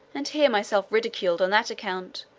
and hear myself ridiculed on that account,